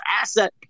asset